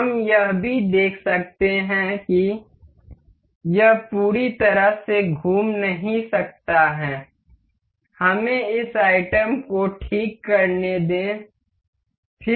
हम यह देख सकते हैं कि यह पूरी तरह से घूम नहीं सकता है हमें इस आइटम को ठीक करने दें फिक्स पर क्लिक करें